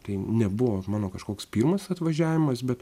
tai nebuvo mano kažkoks pirmas atvažiavimas bet